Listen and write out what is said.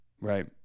right